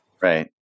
Right